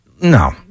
No